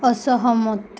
असहमत